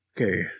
Okay